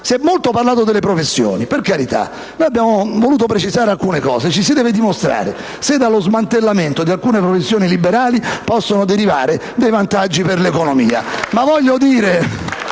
Si è molto parlato delle professioni e noi abbiamo voluto precisare alcuni aspetti. Ci si deve dimostrare se, dallo smantellamento di alcune professioni liberali, possono derivare dei vantaggi per l'economia.